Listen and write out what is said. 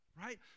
right